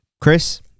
Chris